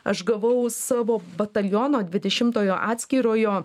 aš gavau savo bataliono dvidešimtojo atskirojo